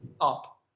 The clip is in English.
up